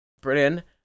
Brilliant